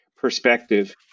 perspective